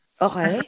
okay